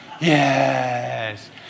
yes